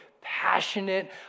passionate